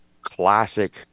classic